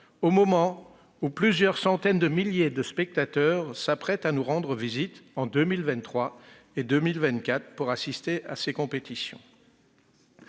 au moment où plusieurs centaines de milliers de spectateurs s'apprêtent à nous rendre visite, en 2023 et en 2024, pour assister à la Coupe du monde